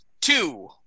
two